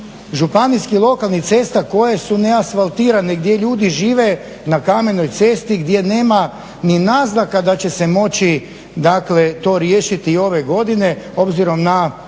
županijskih lokalnih cesta koje su neasfaltirane gdje ljudi žive na kamenoj cesti gdje nema ni naznaka da će se moći to riješiti ove godine obzirom na